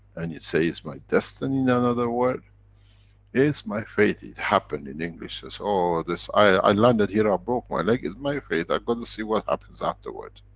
and you say, it's my destiny, in another word it's my fate, it happened in english says, oh this i, i landed here i broke my leg. it's my fate, i gotta see what happens afterwards.